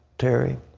terry